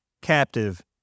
captive